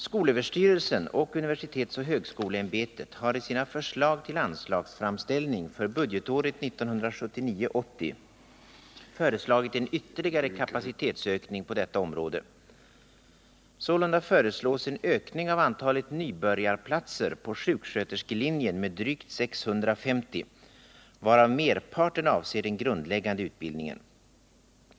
Skolöverstyrelsen och universitetsoch högskoleämbetet har i sina förslag till anslagsframställning för budgetåret 1979/80 föreslagit en ytterligare kapacitetsökning på detta område. Sålunda föreslås en ökning av antalet Nr 30 nybörjarplatser på sjuksköterskelinjen med drygt 650, varav merparten avser den grundläggande utbildningen.